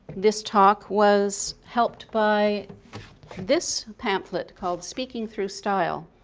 this talk was helped by this pamphlet called speaking through style.